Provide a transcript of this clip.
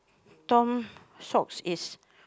Tom Shops is